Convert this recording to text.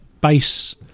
base